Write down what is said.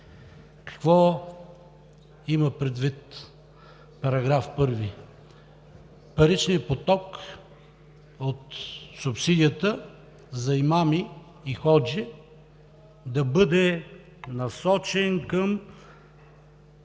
Какво има предвид § 1? Паричният поток от субсидията за имами и ходжи да бъде насочен към